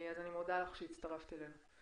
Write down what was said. אני מודה לך שהצטרפת אלינו.